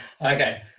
Okay